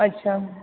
अच्छा